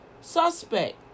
suspect